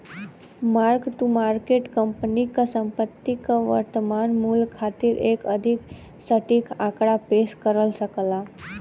mark to market company क संपत्ति क वर्तमान मूल्य खातिर एक अधिक सटीक आंकड़ा पेश कर सकला